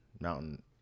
mountain